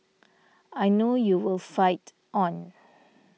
I know you will fight on